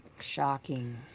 Shocking